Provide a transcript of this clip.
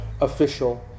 official